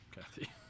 Kathy